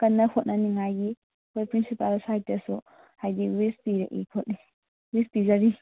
ꯀꯟꯅ ꯍꯣꯠꯅꯅꯕꯒꯤ ꯑꯩꯈꯣꯏꯒꯤ ꯄ꯭ꯔꯤꯟꯁꯤꯄꯥꯜꯒꯤ ꯁꯥꯏꯠꯇꯩꯁꯨ ꯍꯥꯏꯗꯤ ꯋꯤꯁ ꯄꯤꯔꯏ ꯋꯤꯁ ꯄꯤꯖꯔꯤ